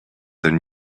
their